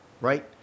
right